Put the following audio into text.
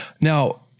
Now